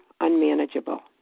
unmanageable